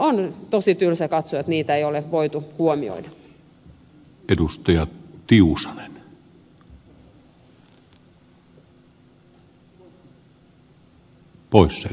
on tosi tylsä katsoa että niitä ei ole voitu huomioida